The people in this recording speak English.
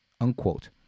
unquote